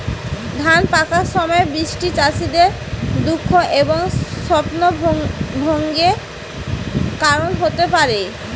ধান পাকার সময় বৃষ্টি চাষীদের দুঃখ এবং স্বপ্নভঙ্গের কারণ হতে পারে